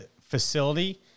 facility